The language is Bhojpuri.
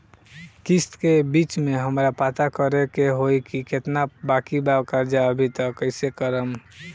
किश्त के बीच मे हमरा पता करे होई की केतना बाकी बा कर्जा अभी त कइसे करम?